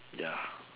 ya